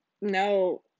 No